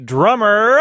Drummer